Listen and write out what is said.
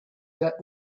that